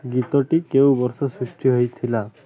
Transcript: ଗୀତଟି କେଉଁ ବର୍ଷ ସୃଷ୍ଟି ହୋଇଥିଲା